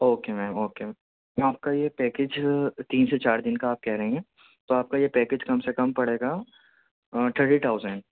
okay ma'am okay ma'am آپ کا یہ پیکیج تین سے چار دن کا آپ کہہ رہی ہیں تو آپ کا یہ پیکیج کم سے کم پڑے گا تھرٹی تھاؤزینڈ